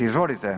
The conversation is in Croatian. Izvolite.